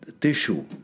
tissue